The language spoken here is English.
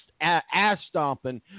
ass-stomping